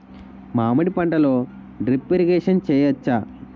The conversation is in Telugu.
మామిడి పంటలో డ్రిప్ ఇరిగేషన్ చేయచ్చా?